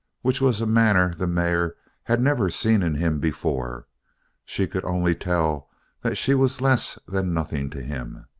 which was a manner the mare had never seen in him before she could only tell that she was less than nothing to him.